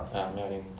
ah 没有赢